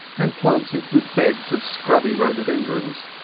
and planted with beds of scrubby rhododendrons.